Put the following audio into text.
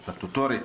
סטטוטורית,